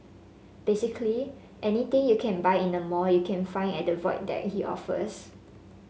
basically anything you can buy in a mall you can find at the Void Deck he offers